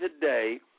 today